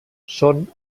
són